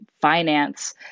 finance